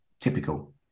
typical